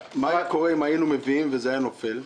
מה היה קורה אם היינו מביאים וזה היה נופל?